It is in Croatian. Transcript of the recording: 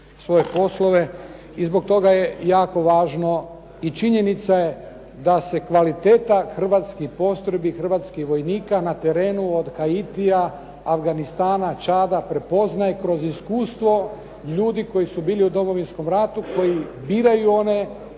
svoje poslove. I zbog toga je jako važno i činjenica je da se kvaliteta hrvatskih postrojbi, hrvatskih vojnika na terenu od Haitija, Afganistana, Čada, prepoznaje kroz iskustvo ljudi koji su bili u Domovinskom ratu, koji biraju one